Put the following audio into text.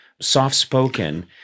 soft-spoken